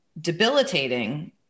debilitating